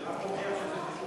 זה רק מוכיח שזה חשוב.